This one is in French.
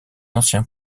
ancien